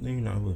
then you nak apa